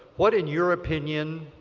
what in your opinion,